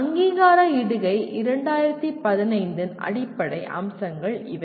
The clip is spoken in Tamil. அங்கீகார இடுகை 2015 இன் அடிப்படை அம்சங்கள் இவை